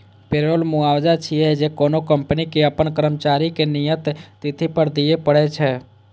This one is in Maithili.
पेरोल मुआवजा छियै, जे कोनो कंपनी कें अपन कर्मचारी कें नियत तिथि पर दियै पड़ै छै